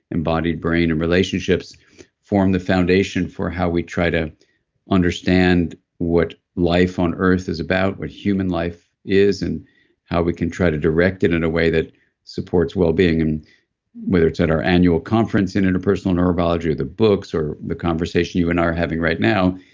embodied brain, and relationships form the foundation for how we try to understand what life on earth is about, what human life is, and how we can try to direct it in a way that supports wellbeing and whether it's at our annual conference in interpersonal neurobiology or the books or the conversation you and i are having right now,